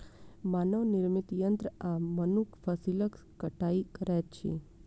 मानव निर्मित यंत्र आ मनुख फसिलक कटाई करैत अछि